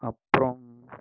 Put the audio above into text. அப்பறம்